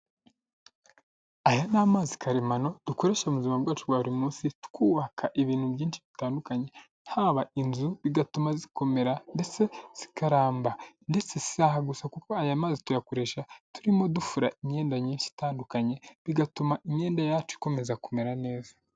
Aya ni amazi karemano dukoresha mu buzima bwacu bwa buri munsi twubaka ibintu byinshi bitandukanye haba inzu bigatuma zikomera ndetse zikaramba ndetse isaha gusa kuko aya mazi tuyakoresha turimo dufura imyenda myinshi itandukanye bigatuma imyenda yacu ikomeza kumera neza.